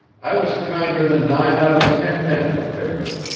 i was kinder than nine out of ten men of affairs.